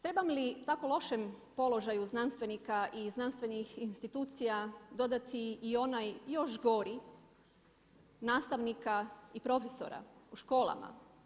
Trebam li tako lošem položaju znanstvenika i znanstvenih institucija dodati i onaj još gori nastavnika i profesora u školama?